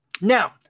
Now